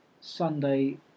Sunday